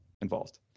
involved